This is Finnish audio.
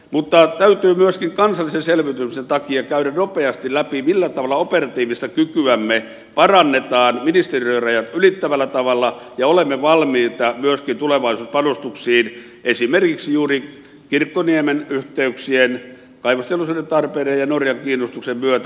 mutta täytyy myöskin kansallisen selviytymisen takia käydä nopeasti läpi millä tavalla operatiivista kykyämme parannetaan ministeriörajat ylittävällä tavalla ja olemme valmiita myöskin tulevaisuuspanostuksiin esimerkiksi juuri kirkkoniemen yhteyksien kaivosteollisuuden tarpeiden ja norjan kiinnostuksen myötä